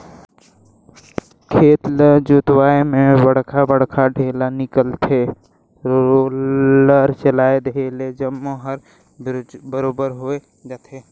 खेत ल जोतवाए में बड़खा बड़खा ढ़ेला निकलथे, रोलर चलाए देहे ले जम्मो हर बरोबर होय जाथे